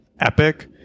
epic